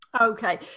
Okay